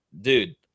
dude